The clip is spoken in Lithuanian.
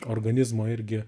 organizmo irgi